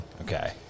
Okay